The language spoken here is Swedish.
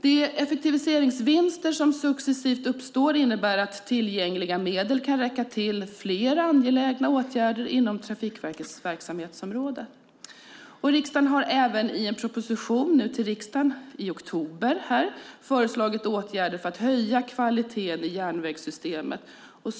De effektiviseringsvinster som successivt uppstår innebär att tillgängliga medel kan räcka till fler angelägna åtgärder inom Trafikverkets verksamhetsområde. Regeringen har även i en proposition till riksdagen i oktober 2010 föreslagit åtgärder för att höja kvaliteten i järnvägssystemet.